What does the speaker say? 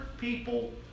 people